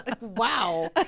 Wow